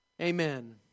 Amen